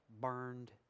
burned